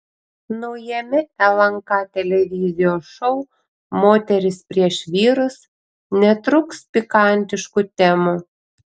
naujame lnk televizijos šou moterys prieš vyrus netrūks pikantiškų temų